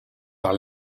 par